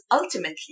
ultimately